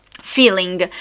feeling